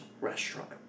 Restaurant